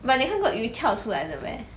but 你看过鱼跳出来的 meh